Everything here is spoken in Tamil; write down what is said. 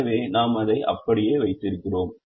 எனவே நாம் அதை அப்படியே வைத்திருக்கிறோம்